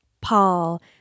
Paul